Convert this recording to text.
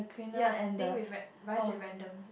ya thing with rice with random